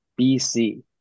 BC